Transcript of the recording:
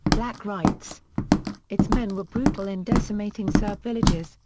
black writes its men were brutal in decimating serb villages,